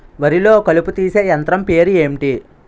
వరి లొ కలుపు తీసే యంత్రం పేరు ఎంటి?